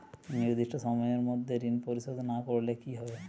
নির্দিষ্ট সময়ে মধ্যে ঋণ পরিশোধ না করলে কি হবে?